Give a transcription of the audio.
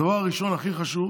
הדבר הראשון הכי חשוב